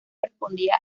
respondía